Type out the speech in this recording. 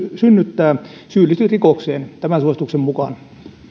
synnyttää syyllistyt rikokseen tämän suosituksen mukaan